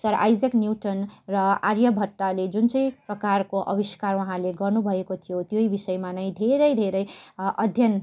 sir Isaac Newton र आर्यभट्टले जुन चाहिँ प्रकारको आविष्कार उहाँहरूले गर्नुभएको थियो त्यो बिषयमा नै धेरै धेरै अध्ययन